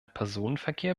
personenverkehr